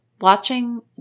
watching